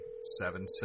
seven